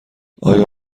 آیا